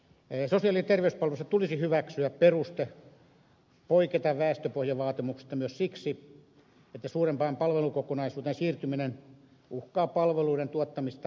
sosiaali ja terveyspalveluissa tulisi hyväksyä peruste poiketa väestöpohjavaatimuksesta myös siksi että suurempaan palvelukokonaisuuteen siirtyminen uhkaa palveluiden tuottamista lähipalveluina